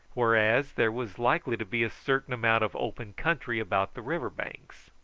whereas there was likely to be a certain amount of open country about the river banks.